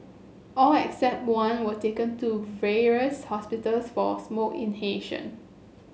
all except one were taken to various hospitals for smoke inhalation